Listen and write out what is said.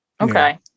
Okay